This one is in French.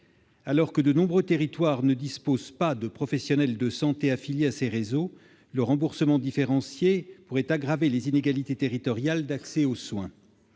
Alors que de nombreux territoires ne disposent pas de professionnels de santé affiliés à un tel réseau, le remboursement différencié pourrait aggraver les inégalités territoriales d'accès aux soins.